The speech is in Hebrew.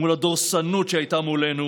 מול הדורסנות שהייתה מולנו